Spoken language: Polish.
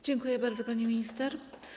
Dziękuję bardzo, pani minister.